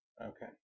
Okay